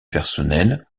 personnelle